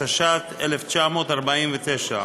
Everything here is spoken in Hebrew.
התש"ט 1949,